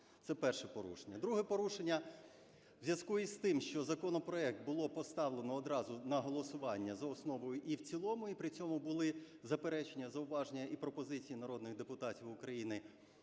Це перше порушення. Друге порушення. В зв'язку із тим, що законопроект було поставлено одразу на голосування за основу і в цілому, і при цьому були заперечення, зауваження і пропозиції народних депутатів України